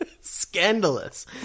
Scandalous